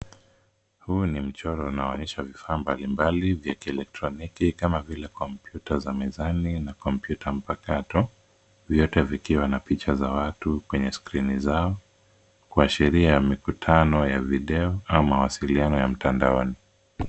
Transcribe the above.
Huu ni mchoro unaonyesha vifaa mbalimbali vya kielektroniki kama vile kompyuta za mezani, na kompyuta mpakato, vyote vikiwa na picha za watu kwenye skrini zao kuashiria mikutano ya video au mawasiliano ya mitandaoni.